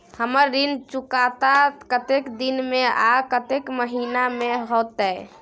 हमर ऋण चुकता कतेक दिन में आ कतेक महीना में होतै?